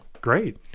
Great